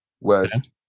West